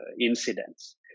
incidents